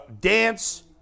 dance